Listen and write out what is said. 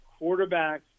quarterbacks